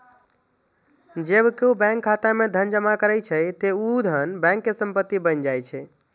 जब केओ बैंक खाता मे धन जमा करै छै, ते ऊ धन बैंक के संपत्ति बनि जाइ छै